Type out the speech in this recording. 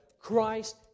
Christ